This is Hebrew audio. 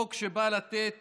חוק שבא לתת